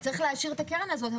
אז צריך להשאיר את הקרן הזאת.